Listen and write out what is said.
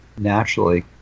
naturally